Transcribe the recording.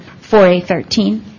4A13